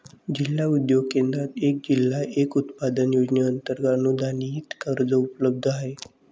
जिल्हा उद्योग केंद्रात एक जिल्हा एक उत्पादन योजनेअंतर्गत अनुदानित कर्ज उपलब्ध आहे